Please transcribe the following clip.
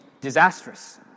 disastrous